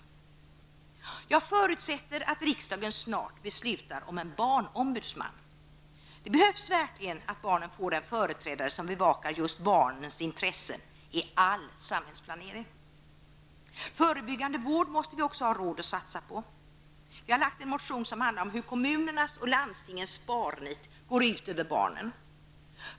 Jag förutsätter att riksdagen snart beslutar om en barnombudsman. Det finns verkligen ett behov av att barnen får en företrädare som bevakar just deras intressen i all samhällsplanering. Vi måste också ha råd att satsa på förebyggande vård. Vi har lagt en motion som handlar om hur kommunernas och landstingens sparnit går ut över barnen.